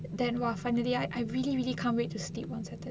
then !wow! finally I I really really can't wait to sleep on saturday